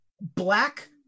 black